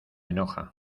enoja